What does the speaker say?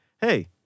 hey